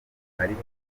rwagize